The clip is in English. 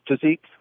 physique